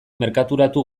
merkaturatu